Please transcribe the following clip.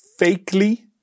fakely